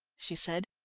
she said,